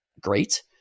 great